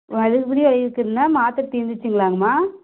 மறுபடியும் வலி இருக்குதுன்னா மாத்திர தீர்ந்துருச்சுங்களாங்கம்மா